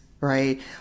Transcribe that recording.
right